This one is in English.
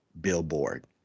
billboard